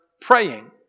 praying